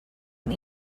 and